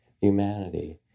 humanity